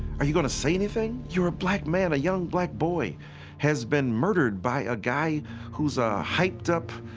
are you going to say anything? you're a black man. a young black boy has been murdered by a guy who's a hyped-up,